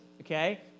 okay